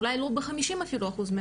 אולי אפילו לא ב-50% מהמקרים,